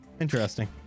Interesting